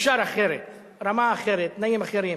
אפשר אחרת, רמה אחרת, תנאים אחרים.